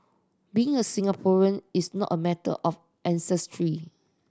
being a Singaporean is not a matter of ancestry